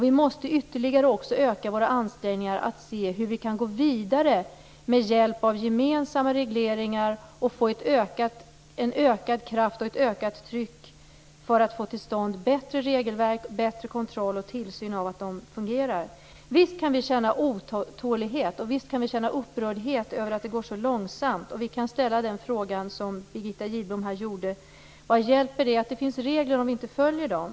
Vi måste ytterligare öka våra ansträngningar att se hur vi kan gå vidare med hjälp av gemensamma regleringar och få en ökad kraft och ett ökat tryck för att få till stånd bättre regelverk och en bättre kontroll och tillsyn av att de fungerar. Visst kan vi känna otålighet, och visst kan vi känna upprördhet över att det går så långsamt. Vi kan ställa den fråga som Birgitta Gidblom här ställde: Vad hjälper det att det finns regler om vi inte följer dem?